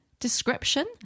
description